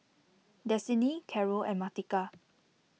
Destini Carroll and Martika